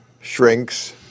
shrinks